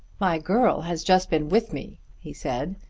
my girl has just been with me, he said,